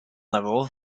level